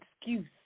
excuse